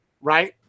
right